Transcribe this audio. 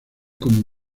como